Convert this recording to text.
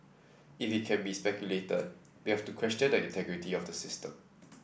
if it can be speculated we have to question the integrity of the system